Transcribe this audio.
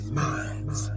minds